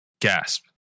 Gasp